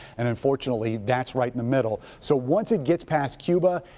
and unfortunately, that's right in the middle so once it gets past cuba,